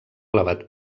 elevat